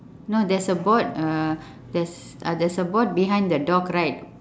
no there's a board uh there's uh there's a board behind the dog right